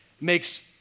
makes